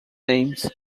names